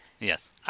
Yes